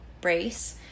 brace